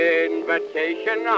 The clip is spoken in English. invitation